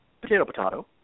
potato-potato